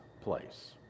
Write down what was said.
place